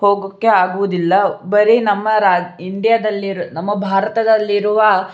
ಹೋಗೋಕ್ಕೆ ಆಗುವುದಿಲ್ಲ ಬರೀ ನಮ್ಮ ರಾ ಇಂಡ್ಯದಲ್ಲಿರುವ ನಮ್ಮ ಭಾರತದಲ್ಲಿರುವ